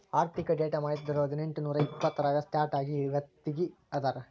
ಆರ್ಥಿಕ ಡೇಟಾ ಮಾಹಿತಿದಾರರು ಹದಿನೆಂಟು ನೂರಾ ಎಪ್ಪತ್ತರಾಗ ಸ್ಟಾರ್ಟ್ ಆಗಿ ಇವತ್ತಗೀ ಅದಾರ